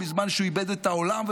בזמן שהוא איבד את העולם,